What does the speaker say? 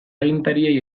agintariei